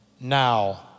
now